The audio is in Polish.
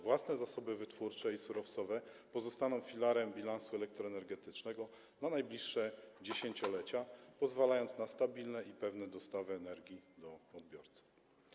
Własne zasoby wytwórcze i surowcowe pozostaną filarem bilansu elektroenergetycznego na najbliższe dziesięciolecia, pozwalając na stabilne i pewne dostawy energii do odbiorcy.